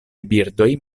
birdoj